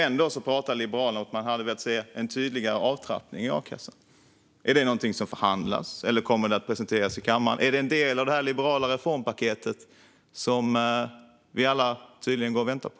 Ändå pratar Liberalerna om att man hade velat se en tydligare avtrappning i a-kassan. Är detta någonting som förhandlas, eller kommer det att presenteras i kammaren? Är det en del av det liberala reformpaket vi alla tydligen går och väntar på?